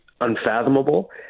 unfathomable